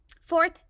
Fourth